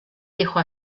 dijo